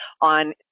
on